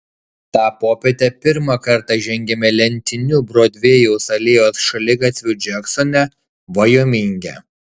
tą popietę pirmą kartą žengiame lentiniu brodvėjaus alėjos šaligatviu džeksone vajominge